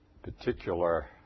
particular